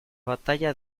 batalla